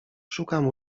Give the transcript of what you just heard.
szukam